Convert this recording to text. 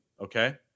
okay